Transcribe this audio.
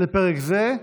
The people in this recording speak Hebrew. לפרק זה,